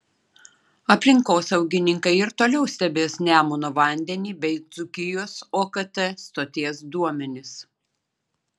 aplinkosaugininkai ir toliau stebės nemuno vandenį bei dzūkijos okt stoties duomenis